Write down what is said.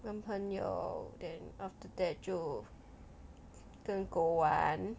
男朋友 then after that 就跟狗玩